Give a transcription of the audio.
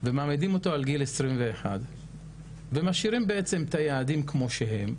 ומעמידים אותו על גיל 21 ומשאירים את היעדים כמו שהם,